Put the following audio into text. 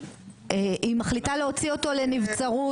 היא מחליטה להוציא אותו לנבצרות.